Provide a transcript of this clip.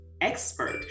expert